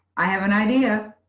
i have an idea.